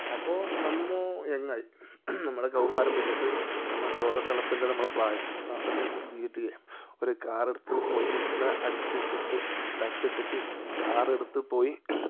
അപ്പോൾ നമ്മൾ യങ്ങ് ആയി നമ്മൾ കൗമാരം പിന്നിട്ട് നമ്മൾ ചോരത്തിളപ്പിൻ്റെ നമ്മള പ്രായം ആ സമയത്ത് ജി ടി എ ഒരു കാർ എടുത്ത് പോയി ഒരുത്തനെ അടിച്ചു ഇട്ട് തച്ചിട്ടിട്ട് കാർ എടുത്ത് പോയി